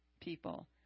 people